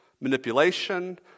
manipulation